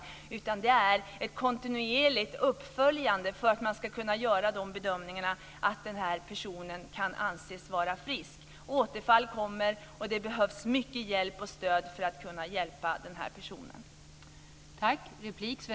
I stället handlar det om ett kontinuerligt uppföljande för att kunna bedöma om den här personen kan anses vara frisk. Återfall kommer, och det behövs mycket hjälp och stöd när det gäller möjligheterna att bistå den här personen.